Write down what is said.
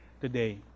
Today